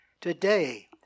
Today